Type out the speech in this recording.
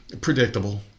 predictable